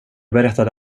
berättade